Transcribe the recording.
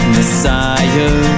Messiah